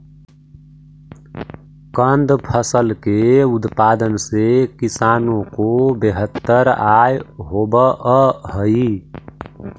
कंद फसल के उत्पादन से किसानों को बेहतर आय होवअ हई